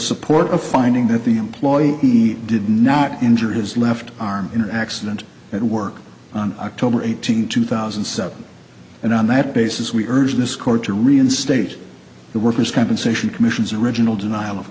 support a finding that the employee he did not injure his left arm in an accident at work on october eighteenth two thousand and seven and on that basis we urge this court to reinstate the workers compensation commission's original denial of